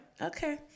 Okay